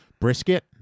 brisket